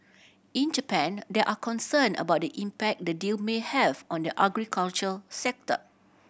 in Japan there are concern about the impact the deal may have on the agriculture sector